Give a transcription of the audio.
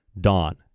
dawn